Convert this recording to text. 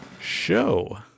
show